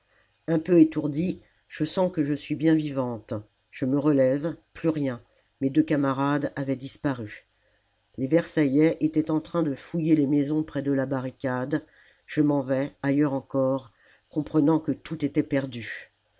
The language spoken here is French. un peu étourdie je sens que je suis bien vivante je me relève plus rien mes deux camarades avaient disparu les versaillais étaient en train de fouiller les maisons près de la barricade je m'en vais ailleurs encore comprenant que tout était perdu